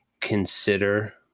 consider